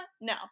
No